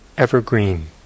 Evergreen